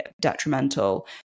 detrimental